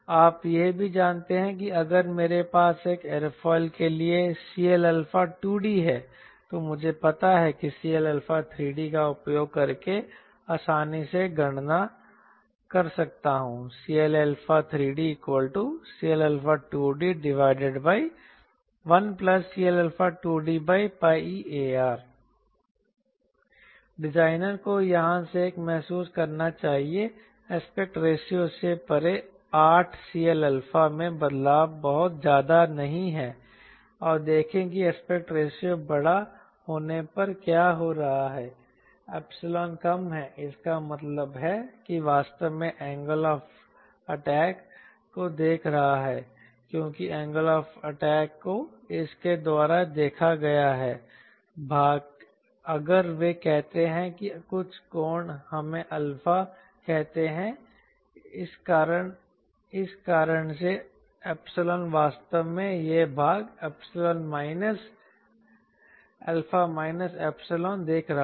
आप यह भी जानते हैं कि अगर मेरे पास एक एयरोफिल के लिए CLα2d है तो मुझे पता है कि मैं CLα3d का उपयोग करके आसानी से गणना कर सकता हूं CLα3dCLα2d1CLα2dπeAR डिजाइनर को यहां से एक महसूस करना चाहिए एस्पेक्ट रेशियो से परे 8 CLαमें बदलाव बहुत ज्यादा नहीं है और देखें कि एस्पेक्ट रेशियो बड़ा होने पर क्या हो रहा है 𝜖 कम है इसका मतलब है कि यह वास्तव में एंगल ऑफ अटैक को देख रहा है क्योंकि एंगल ऑफ अटैक को इसके द्वारा देखा गया है भाग अगर वे कहते हैं कि कुछ कोण हमें α कहते हैं इस कारण से 𝜖 वास्तव में यह भाग α 𝜖 देख रहा है